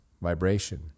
vibration